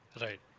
Right